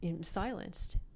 silenced